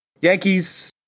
Yankees